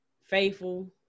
faithful